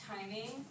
timing